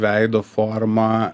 veido forma